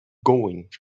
going